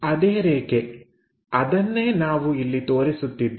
ಅದೇ ರೇಖೆ ಅದನ್ನೇ ನಾವು ಇಲ್ಲಿ ತೋರಿಸುತ್ತಿದ್ದೇವೆ